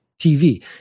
TV